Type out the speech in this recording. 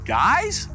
guys